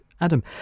Adam